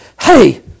Hey